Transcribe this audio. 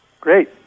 Great